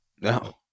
No